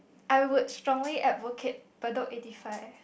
I would strongly advocate Bedok eighty five